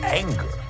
anger